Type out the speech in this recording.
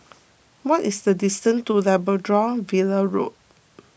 what is the distance to Labrador Villa Road